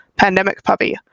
pandemicpuppy